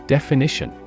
Definition